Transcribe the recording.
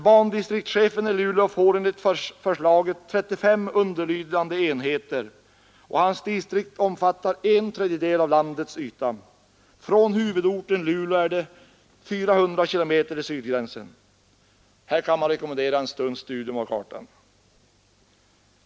Bandistriktschefen i Luleå får enligt förslaget 35 underlydande enheter, och hans distrikt omfattar en tredjedel av landets yta. Från huvudorten Luleå är det 400 kilometer till sydgränsen. Här kan man rekommendera en stunds studium av kartan.